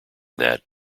that